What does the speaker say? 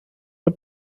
the